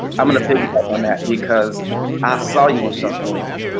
i'm gonna piggyback on that because i saw you on shuffle along,